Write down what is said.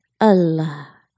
Allah